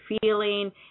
feeling